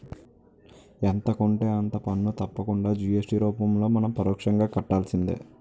ఎంత కొంటే అంత పన్ను తప్పకుండా జి.ఎస్.టి రూపంలో మనం పరోక్షంగా కట్టాల్సిందే